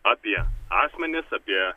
apie akmenis apie